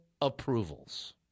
approvals